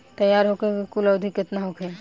तैयार होखे के कुल अवधि केतना होखे?